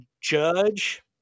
judge